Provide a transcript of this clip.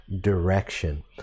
direction